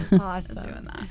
Awesome